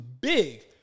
big